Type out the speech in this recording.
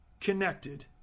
connected